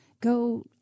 go